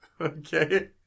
Okay